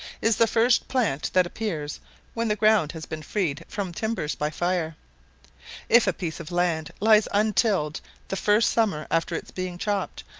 is the first plant that appears when the ground has been freed from timbers by fire if a piece of land lies untilled the first summer after its being chopped,